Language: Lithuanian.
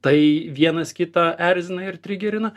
tai vienas kitą erzina ir trigerina